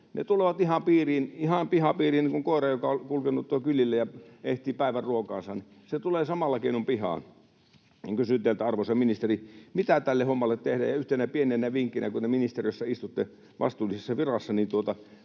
Ne tulevat ihan pihapiiriin niin kuin koira, joka on kulkenut tuolla kylillä ja etsii päivän ruokaansa. Se tulee samalla keinoin pihaan. Kysyn teiltä, arvoisa ministeri: mitä tälle hommalle tehdään? Ja yhtenä pienenä vinkkinä, kun te ministeriössä istutte vastuullisessa virassa,